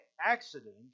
accident